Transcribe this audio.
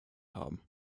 haben